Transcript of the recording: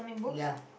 ya